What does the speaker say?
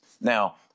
Now